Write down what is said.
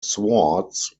swords